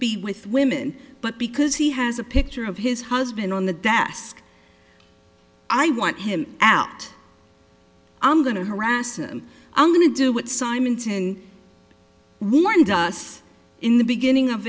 be with women but because he has a picture of his husband on the desk i want him out i'm going to harass and i'm going to do what simonton warned us in the beginning of